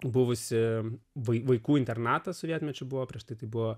buvusi vaikų internatą sovietmečiu buvo prieš tai tai buvo